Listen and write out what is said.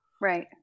Right